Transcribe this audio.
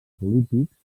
polítics